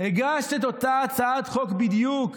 הגשת את אותה הצעת חוק בדיוק.